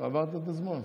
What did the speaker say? עברת את הזמן.